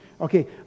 okay